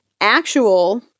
actual